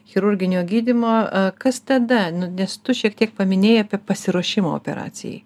chirurginio gydymo kas tada nes tu šiek tiek paminėjai apie pasiruošimą operacijai